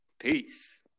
Peace